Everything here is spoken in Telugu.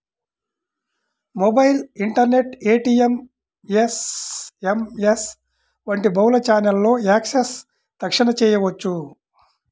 మొబైల్, ఇంటర్నెట్, ఏ.టీ.ఎం, యస్.ఎమ్.యస్ వంటి బహుళ ఛానెల్లలో యాక్సెస్ తక్షణ చేయవచ్చు